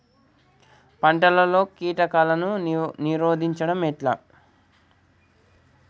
పంటలలో కీటకాలను నిరోధించడం ఎట్లా?